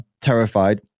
terrified